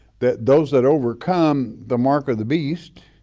that those that overcome the mark of the beast,